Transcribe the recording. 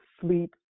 sleep